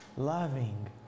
loving